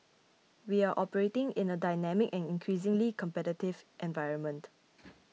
we are operating in a dynamic and increasingly competitive environment